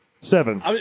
Seven